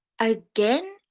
Again